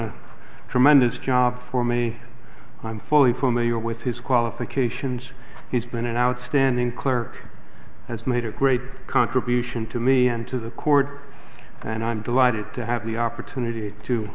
a tremendous job for me i'm fully familiar with his qualifications he's been an outstanding clerk has made a great contribution to me and to the court and i'm delighted to have the opportunity to